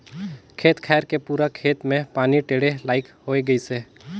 खेत खायर के पूरा खेत मे पानी टेंड़े लईक होए गइसे